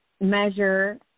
measure